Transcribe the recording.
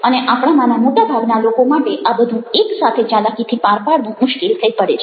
અને આપણામાંના મોટા ભાગના લોકો માટે આ બધું એક સાથે ચાલાકીથી પાર પાડવું મુશ્કેલ થઈ પડે છે